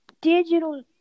digital